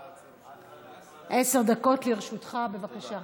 עשר דקות לרשותך, בבקשה.